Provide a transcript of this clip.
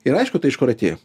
ir aišku tai iš kur atėjo